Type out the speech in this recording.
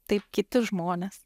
taip kiti žmonės